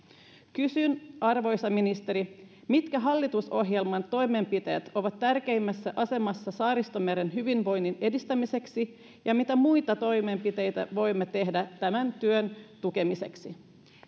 kysyn arvoisa ministeri mitkä hallitusohjelman toimenpiteet ovat tärkeimmässä asemassa saaristomeren hyvinvoinnin edistämiseksi ja mitä muita toimenpiteitä voimme tehdä tämän työn tukemiseksi